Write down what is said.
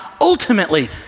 ultimately